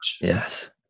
Yes